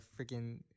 freaking